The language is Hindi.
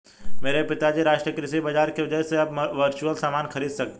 मेरे पिताजी राष्ट्रीय कृषि बाजार की वजह से अब वर्चुअल सामान खरीद सकते हैं